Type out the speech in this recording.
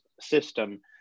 system